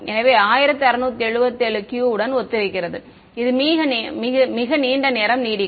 எனவே 1677 Q உடன் ஒத்திருக்கிறது இது மிக நீண்ட நேரம் நீடிக்கும்